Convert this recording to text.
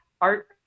art